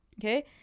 okay